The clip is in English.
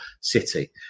City